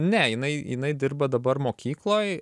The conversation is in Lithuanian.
ne jinai jinai dirba dabar mokykloj